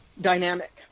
dynamic